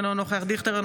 אינו נוכח אבי דיכטר,